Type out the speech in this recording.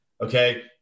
okay